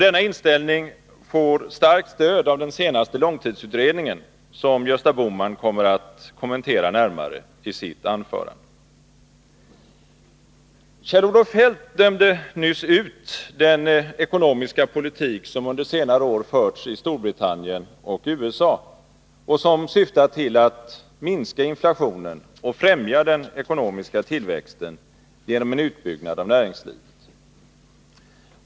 Denna inställning får starkt stöd av den senaste långtidsutredningen som Gösta Bohman kommer att kommentera närmare i sitt anförande. Kjell-Olof Feldt dömde nyss ut den ekonomiska politik som under senare år förts i Storbritannien och USA och som syftar till att minska inflationen och främja den ekonomiska tillväxten genom en utbyggnad av näringslivet.